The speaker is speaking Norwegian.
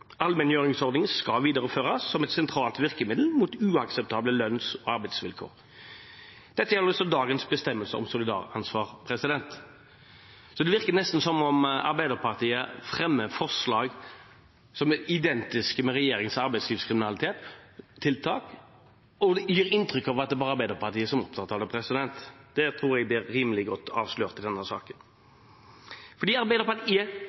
Allmenngjøringsordningen skal videreføres som et sentralt virkemiddel mot uakseptable lønns- og arbeidsvilkår. Dette gjelder også dagens bestemmelser om solidaransvar. Så det virker nesten som om Arbeiderpartiet fremmer forslag som er identiske med regjeringens arbeidslivskriminalitetstiltak, og de gir inntrykk av at det bare er Arbeiderpartiet som er opptatt av det. Det tror jeg blir rimelig godt avslørt i denne saken. Arbeiderpartiet